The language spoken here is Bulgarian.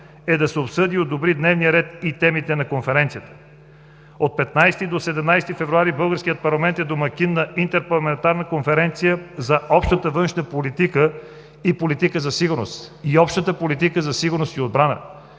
е да се обсъди и одобри дневният ред и темите на конференцията. От 15 до 17 февруари българският парламент е домакин на Интерпарламентарна конференция за Общата външна политика и политика за сигурност и Общата